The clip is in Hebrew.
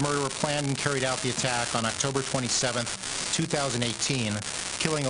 פגיעות בהקשר עדתי בערך 50% קשורות ליהודים.